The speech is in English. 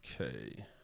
Okay